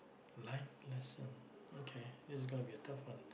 life lesson okay this is gonna be a tough one